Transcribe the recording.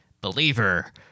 Believer